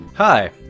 Hi